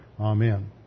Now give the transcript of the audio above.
Amen